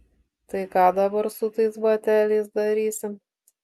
tai ką dabar su tais bateliais darysi